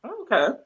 Okay